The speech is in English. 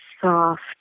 soft